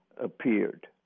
appeared